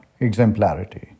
exemplarity